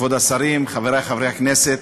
כבוד השרים, חברי חברי הכנסת,